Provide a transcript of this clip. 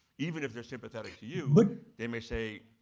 even if they're sympathetic to you, but they may say,